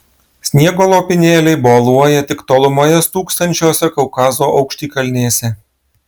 sniego lopinėliai boluoja tik tolumoje stūksančiose kaukazo aukštikalnėse